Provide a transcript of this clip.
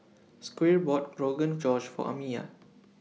Squire bought Rogan Josh For Amiya